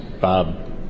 Bob